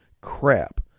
crap